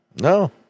No